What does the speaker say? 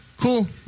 cool